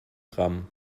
gramm